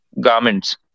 garments